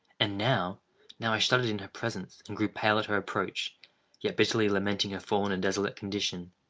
and now now i shuddered in her presence, and grew pale at her approach yet, bitterly lamenting her fallen and desolate condition,